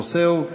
הנושא הוא: